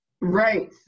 right